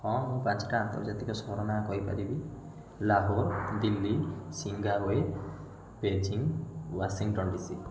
ହଁ ମୁଁ ପାଞ୍ଚଟା ଆନ୍ତର୍ଜାତିକ ସହର ନାଁ କହିପାରିବି Lahore Delhi Zimbabwe Beijing Washington DC